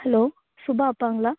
hello Subha அப்பாங்களா